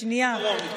שדה שני יהיה בדרום.